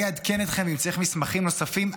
אני אעדכן אתכם אם צריך מסמכים נוספים,